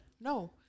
No